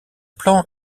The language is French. plan